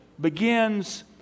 begins